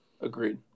Agreed